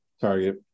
Target